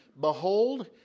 behold